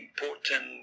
important